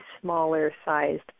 smaller-sized